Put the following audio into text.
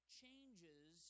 changes